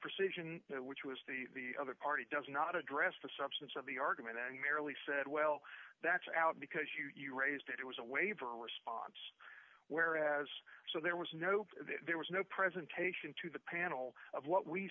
precision which was the the other party does not address the substance of the argument and merely said well that's out because you raised it it was a waiver response where as so there was no there was no presentation to the panel of what we